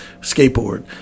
Skateboard